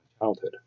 childhood